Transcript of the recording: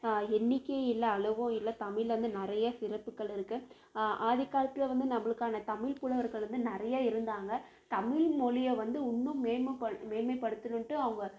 எண்ணிக்கையும் இல்லை அளவும் இல்லை தமிழில் வந்து நிறையா சிறப்புகள் இருக்குது ஆதிக்காலத்தில் வந்து நம்மளுக்கான தமிழ் புலவர்கள் வந்து நிறையா இருந்தாங்க தமிழ்மொழியை வந்து இன்னும் மேம்மப்பட மேன்மைப் படுத்தணுமென்ட்டு அவங்க